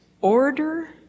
order